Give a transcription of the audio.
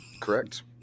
Correct